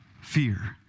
Fear